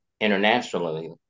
internationally